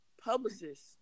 publicist